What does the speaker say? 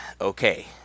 okay